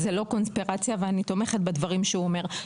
אז זה לא קונספירציה ואני תומכת בדברים שהוא אומר.